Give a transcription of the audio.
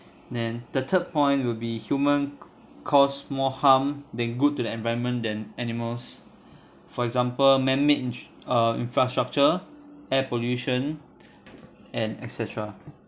then the third point will be human ca~ caused more harm than good to the environment than animals for example man-made in~ uh infrastructure air pollution and et cetera